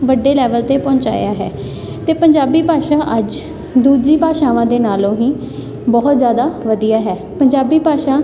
ਵੱਡੇ ਲੈਵਲ 'ਤੇ ਪਹੁੰਚਾਇਆ ਹੈ ਅਤੇ ਪੰਜਾਬੀ ਭਾਸ਼ਾ ਅੱਜ ਦੂਜੀ ਭਾਸ਼ਾਵਾਂ ਦੇ ਨਾਲੋਂ ਹੀ ਬਹੁਤ ਜ਼ਿਆਦਾ ਵਧੀਆ ਹੈ ਪੰਜਾਬੀ ਭਾਸ਼ਾ